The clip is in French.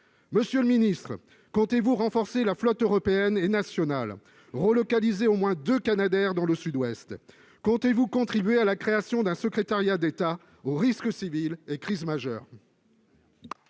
la secrétaire d'État, comptez-vous renforcer la flotte européenne et nationale et relocaliser au moins deux Canadair dans le Sud-Ouest ? Comptez-vous contribuer à la création d'un secrétariat d'État aux risques civils et crises majeures ?